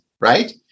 right